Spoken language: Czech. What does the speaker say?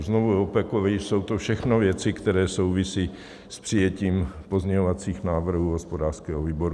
Znovu opakuji, jsou to všechno věci, které souvisejí s přijetím pozměňovacích návrhů hospodářského výboru.